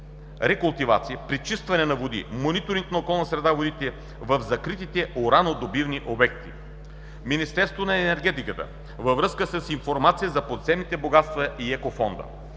рекултивация, пречистване на води и мониторинг на околната среда в закритите уранодобивни обекти; – Министерството на енергетиката – във връзка с информация за подземните богатства и геофонда;